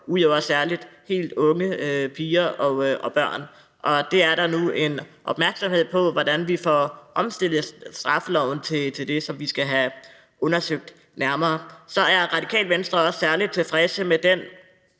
ud over helt unge piger og børn. Det er der nu opmærksomhed om, altså hvordan vi får omstillet straffeloven til det, og det skal vi have undersøgt nærmere. Så er Radikale Venstre også særlig tilfredse med den